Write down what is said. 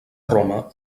roma